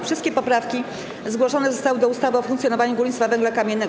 Wszystkie poprawki zgłoszone zostały do ustawy o funkcjonowaniu górnictwa węgla kamiennego.